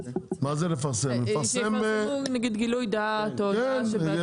שיפרסמו נגיד, גילוי דעת או משהו .